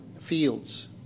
fields